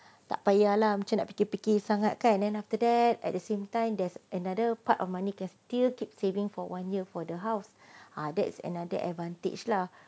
tak payah lah macam nak fikir fikir sangat kan then after that at the same time there's another part of money can still keep saving for one year for the house ah that's another advantage lah